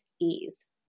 ease